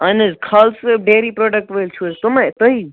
اَہن حظ Khalid sahab dairy product وٲلۍ چھُو حظ تِمَے تُہی